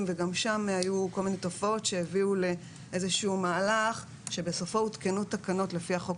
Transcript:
גם שם היו תופעות שהביאו למהלך שבסופו הותקנו תקנות לפי החוק